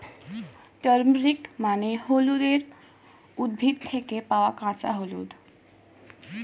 turmeric মানে হলুদের উদ্ভিদ থেকে পাওয়া কাঁচা হলুদ